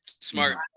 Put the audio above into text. Smart